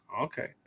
Okay